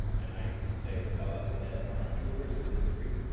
and i say, the fellows at melart jewelers would disagree.